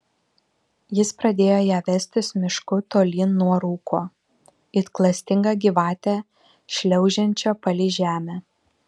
jis pradėjo ją vestis mišku tolyn nuo rūko it klastinga gyvatė šliaužiančio palei žemę